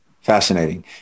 Fascinating